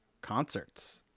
concerts